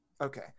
Okay